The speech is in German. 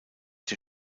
der